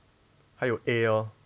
还有 A lor